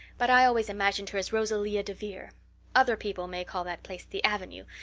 but i always imagined her as rosalia devere. other people may call that place the avenue,